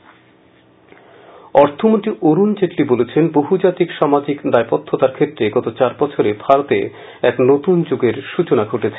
অরুণ জেটলী অর্থমন্ত্রী অরুণ জেটলী বলেছেন বহুজাতিক সামাজিক দায়বদ্ধতার ক্ষেত্রে গত চার বছরে ভারতে এক নতুন যুগের সচনা ঘটেছে